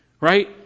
Right